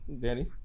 Danny